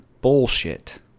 bullshit